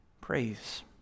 praise